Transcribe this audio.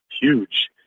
huge